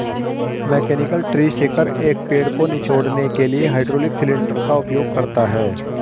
mechanical tree shaker, एक पेड़ को निचोड़ने के लिए हाइड्रोलिक सिलेंडर का उपयोग करता है